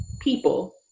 people